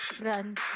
run